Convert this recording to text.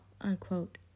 unquote